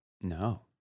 No